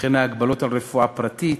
וכן ההגבלות על רפואה פרטית,